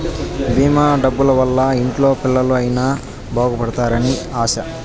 భీమా డబ్బుల వల్ల ఇంట్లో పిల్లలు అయిన బాగుపడుతారు అని ఆశ